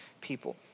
people